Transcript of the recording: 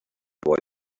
boy